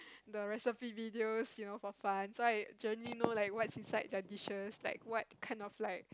the recipe videos you know for fun so I generally know like what's in side the dishes like what kind of like